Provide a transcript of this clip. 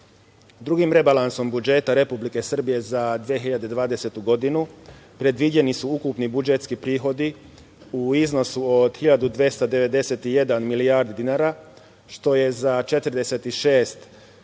korona. Drugim rebalansom budžeta Republike Srbije za 2020. godinu predviđeni su ukupni budžetski prihodi u iznosu od 1.291 milijardu dinara, što je za 46 i